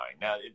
Now